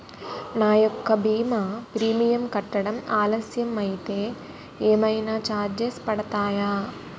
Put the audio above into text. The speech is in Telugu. నా యెక్క భీమా ప్రీమియం కట్టడం ఆలస్యం అయితే ఏమైనా చార్జెస్ పడతాయా?